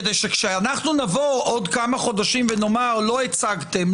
כדי שכאשר אנחנו נבוא בעוד כמה חודשים ונגיד: לא הצגתם,